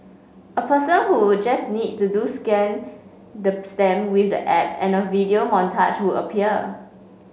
a person who just need to do scan the stamp with the app and a video montage would appear